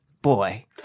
Boy